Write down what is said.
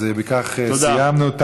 אם כך, סיימנו.